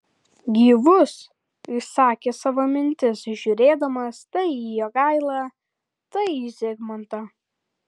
gyvus išsakė savo mintis žiūrėdamas tai į jogailą tai į zigmantą